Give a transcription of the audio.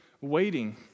waiting